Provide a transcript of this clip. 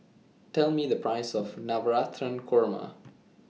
Tell Me The Price of Navratan Korma